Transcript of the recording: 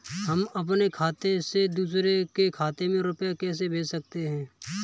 हम अपने खाते से दूसरे के खाते में रुपये कैसे भेज सकते हैं?